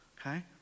okay